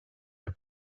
der